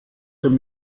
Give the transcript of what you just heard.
dem